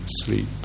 sleep